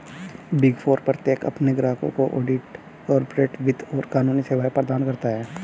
big four प्रत्येक अपने ग्राहकों को ऑडिट, कॉर्पोरेट वित्त और कानूनी सेवाएं प्रदान करता है